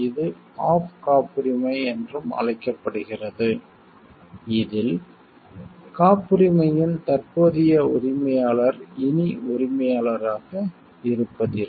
இது ஆஃப் காப்புரிமை என்றும் அழைக்கப்படுகிறது இதில் காப்புரிமையின் தற்போதைய உரிமையாளர் இனி உரிமையாளராக இருப்பதில்லை